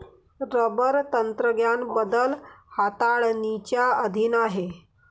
rubber तंत्रज्ञान बदल हाताळणीच्या अधीन आहे